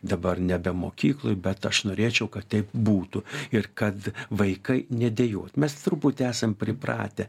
dabar nebe mokykloj bet aš norėčiau kad taip būtų ir kad vaikai nedejuotų mes truputį esam pripratę